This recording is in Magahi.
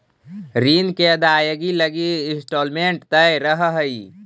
ऋण के अदायगी लगी इंस्टॉलमेंट तय रहऽ हई